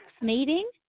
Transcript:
meeting